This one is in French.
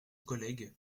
collègue